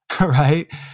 right